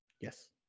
Yes